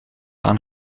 aan